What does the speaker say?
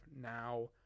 now